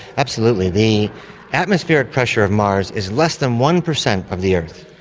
absolutely. the atmospheric pressure of mars is less than one percent of the earth.